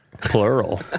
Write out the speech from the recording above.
Plural